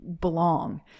belong